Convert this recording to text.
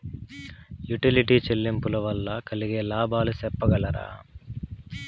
Utility చెల్లింపులు వల్ల కలిగే లాభాలు సెప్పగలరా?